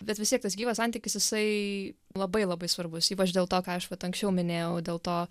bet vis tiek tas gyvas santykis jisai labai labai svarbus ypač dėl to ką aš vat anksčiau minėjau dėl to